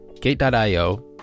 Gate.io